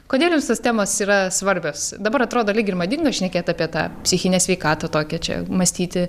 kodėl jums tos temos yra svarbios dabar atrodo lyg ir madinga šnekėt apie tą psichinę sveikatą tokią čia mąstyti